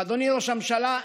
אך אדוני ראש הממשלה,